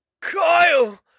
Kyle